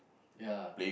ya